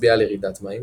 מצביעה על ירידת מים